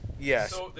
Yes